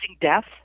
death